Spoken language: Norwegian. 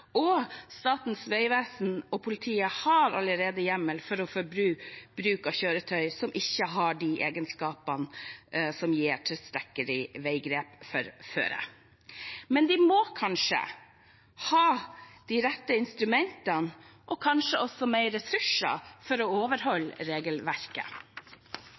Statens vegvesen og politiet har allerede hjemmel til å forby bruk av kjøretøy som ikke har de kjøreegenskapene som gir tilstrekkelig veigrep for føret. Men de må kanskje ha de rette instrumentene og kanskje også flere ressurser for å håndheve regelverket.